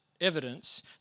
evidence